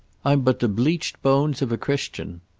i'm but the bleached bones of a christian.